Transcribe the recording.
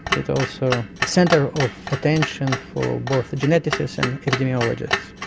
it's also a centre of attention for both geneticists and epidemiologists.